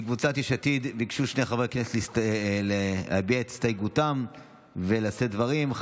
מקבוצת יש עתיד ביקשו שני חברי כנסת להביע את הסתייגותם ולשאת דברים,